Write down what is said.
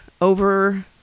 over